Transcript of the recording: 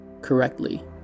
correctly